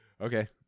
Okay